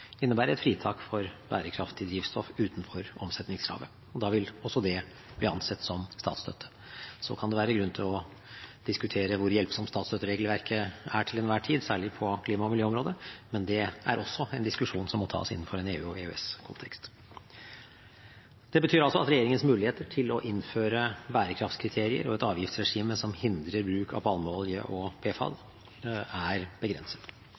et fritak for bærekraftig drivstoff utenfor omsetningskravet. Da vil også det bli ansett som statsstøtte. Så kan det være grunn til å diskutere hvor hjelpsomt statsstøtteregelverket er til enhver tid, særlig på klima- og miljøområdet, men det er også en diskusjon som må tas innenfor en EU- og EØS-kontekst. Det betyr altså at regjeringens muligheter til å innføre bærekraftskriterier og et avgiftsregime som hindrer bruk av palmeolje og PFAD, er